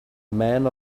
men